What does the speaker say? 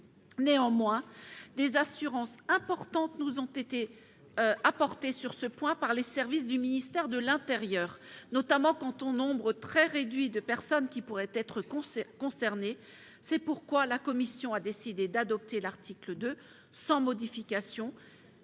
Néanmoins, des assurances importantes nous ont été apportées sur ce point par les services du ministère de l'intérieur, notamment quant au nombre très réduit de personnes qui pourraient être concernées. C'est pourquoi la commission a décidé d'adopter l'article 2 sans modification.